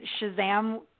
Shazam